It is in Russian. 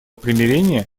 примирения